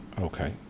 Okay